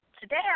today